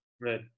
Right